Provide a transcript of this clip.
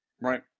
Right